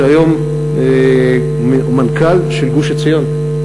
שהיום הוא מנכ"ל המועצה האזורית גוש-עציון.